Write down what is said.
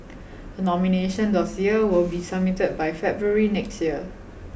a nomination dossier will be submitted by February next year